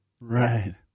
Right